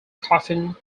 coffin